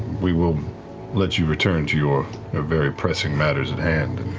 we will let you return to your very pressing matters at hand.